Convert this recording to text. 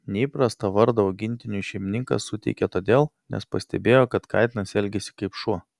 neįprastą vardą augintiniui šeimininkas suteikė todėl nes pastebėjo kad katinas elgiasi kaip šuo